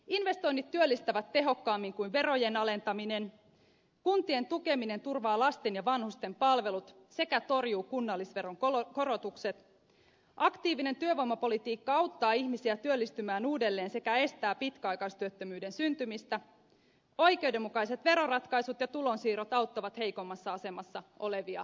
investoinnit työllistävät tehokkaammin kuin verojen alentaminen kuntien tukeminen turvaa lasten ja vanhusten palvelut sekä torjuu kunnallisveron korotukset aktiivinen työvoimapolitiikka auttaa ihmisiä työllistymään uudelleen sekä estää pitkäaikaistyöttömyyden syntymistä oikeudenmukaiset veroratkaisut ja tulonsiirrot auttavat heikoimmassa asemassa olevia yli taantuman